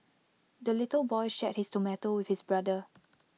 the little boy shared his tomato with his brother